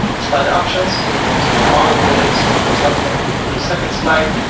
slider options, do we want to have auto-play, so it goes automatically to the second slide.